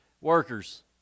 workers